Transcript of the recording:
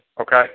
okay